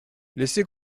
laissez